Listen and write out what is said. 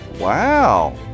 Wow